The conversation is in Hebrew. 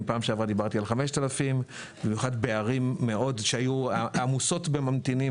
אם פעם שעברה דיברתי על 5000,במיוחד בערים שהיו עמוסות בממתינים,